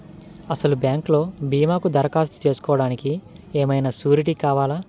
అసలు బ్యాంక్లో భీమాకు దరఖాస్తు చేసుకోవడానికి ఏమయినా సూరీటీ కావాలా?